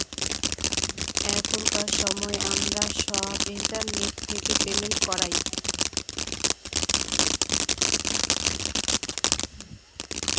এখনকার সময় আমরা সব ইন্টারনেট থেকে পেমেন্ট করায়